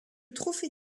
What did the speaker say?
trophée